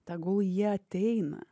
tegul jie ateina